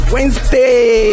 Wednesday